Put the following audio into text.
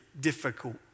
difficult